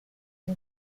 del